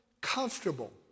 comfortable